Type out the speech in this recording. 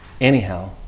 Anyhow